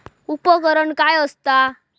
उपकरण काय असता?